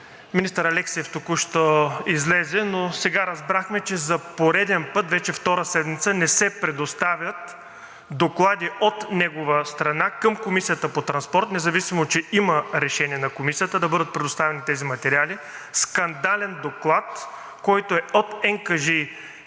министър Алексиев току-що излезе, но сега разбрахме, че за пореден път – вече втора седмица, не се предоставят доклади от негова страна към Комисията по транспорта, независимо че има решение на Комисията да бъдат предоставени тези материали, скандален доклад, който е от НКЖИ